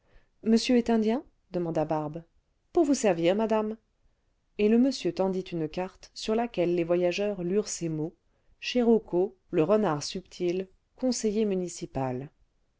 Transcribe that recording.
monsieur est indien demanda barbe pour vous servir madame et le monsieur fendit une carte sur laquelle les voyageurs lurent ces mots cùerowko le renard subtil conseiller municipal